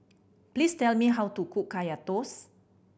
please tell me how to cook Kaya Toast